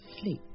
sleep